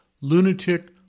Lunatic